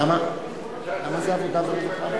לדיון מוקדם בוועדת העבודה,